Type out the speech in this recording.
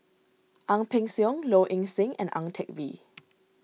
Ang Peng Siong Low Ing Sing and Ang Teck Bee